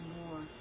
more